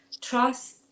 trust